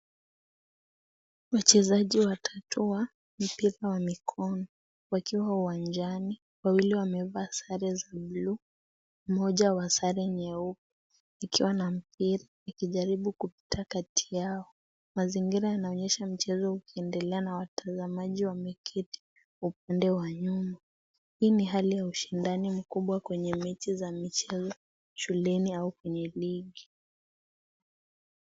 Wachezaji watatu wa mpira wa mkono wakiwa uwanjani. Wawili wamevaa sare ya bluu mwingine sare nyeupe ikiwa na mpira ikijaribu kupita kati yao. mazigira yanaonyesha mchezo ukiendekea na watazamaji wameeti upande wa nyuma. Hii ni hali ya ushindani mkubwa kwenye mechi za michezo , shuleni au kwenye ligi.